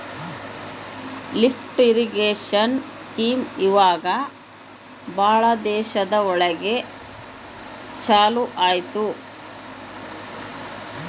lift irrigation scheme ಇವಾಗ ಭಾಳ ದೇಶ ಒಳಗ ಚಾಲೂ ಅಯ್ತಿ